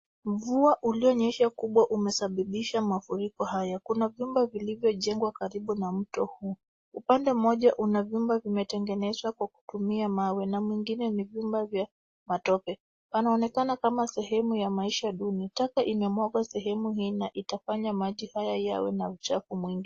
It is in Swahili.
Mvua ulionyesha kubwa umesababisha mafuriko haya. Kuna vyumba vilivyojengwa karibu na mto huu, upande mmoja una vyumba vimetengenezwa kwa kutumia mawe na mwingine ni vyumba vya matope. Panaonekana kama sehemu ya maisha duni. Taka imemwaga sehemu hii na itafanya maji haya yawe na uchafu mwingi.